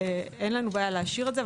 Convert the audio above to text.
אין לנו בעיה להשאיר את זה.